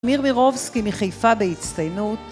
אמיר מירובסקי מחיפה בהצטיינות